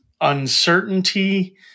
uncertainty